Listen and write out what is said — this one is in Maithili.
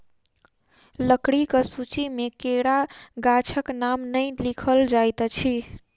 लकड़ीक सूची मे केरा गाछक नाम नै लिखल जाइत अछि